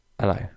Hello